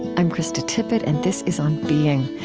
i'm krista tippett and this is on being.